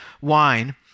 wine